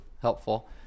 helpful